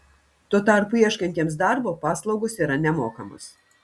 tuo tarpu ieškantiems darbo paslaugos yra nemokamos